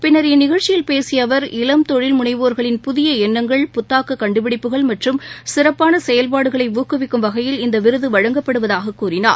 பின்னர் இந்நிகழ்ச்சியில் பேசிய அவர் இளம் தொழில்முனைவோர்களின் புதிய எண்ணங்கள் புத்தாக்க கண்டுபிடிப்புகள் மற்றும் சிறப்பான செயல்பாடுகளை ஊக்குவிக்கும் வகையில் இந்த விருது வழங்கப்படுவதாகக் கூறினார்